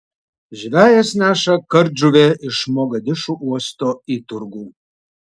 žvejas neša kardžuvę iš mogadišu uosto į turgų